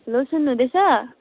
hello सुन्नुहुँदैछ